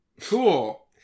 Cool